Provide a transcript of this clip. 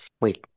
Wait